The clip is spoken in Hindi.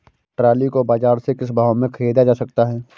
ट्रॉली को बाजार से किस भाव में ख़रीदा जा सकता है?